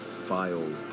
files